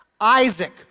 Isaac